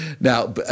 Now